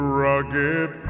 rugged